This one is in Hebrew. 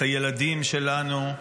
את הילדים שלנו,